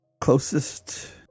closest